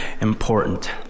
important